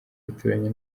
bituranye